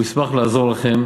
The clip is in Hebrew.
הוא ישמח לעזור לכם.